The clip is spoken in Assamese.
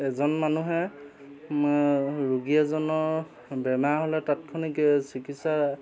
এজন মানুহে ৰোগী এজনৰ বেমাৰ হ'লে তৎক্ষণিক চিকিৎসা